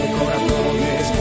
corazones